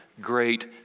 great